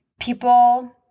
people